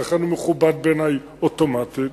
ולכן הוא מכובד בעיני אוטומטית,